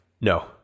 No